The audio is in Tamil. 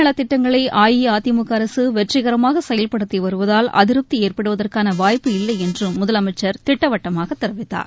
நலத்திட்டங்களைஅஇஅதிமுகஅரசுவெற்றிகரமாகசெயல்படுத்திவருவதால் மக்கள் அதிருப்திஏற்படுவதற்கானவாய்ப்பு இல்லையென்றும் முதலமைச்சர் திட்டவட்டமாகதெரிவித்தார்